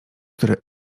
który